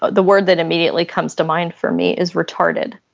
the word that immediately comes to mind for me is retarded,